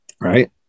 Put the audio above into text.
right